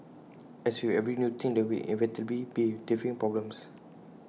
as with every new thing there will inevitably be teething problems